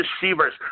deceivers